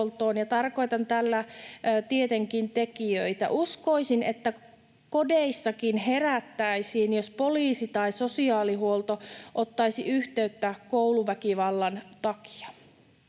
tarkoitan tällä tietenkin tekijöitä. Uskoisin, että kodeissakin herättäisiin, jos poliisi tai sosiaalihuolto ottaisi yhteyttä kouluväkivallan takia.